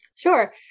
Sure